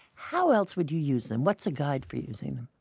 how else would you use them? what's a guide for using them?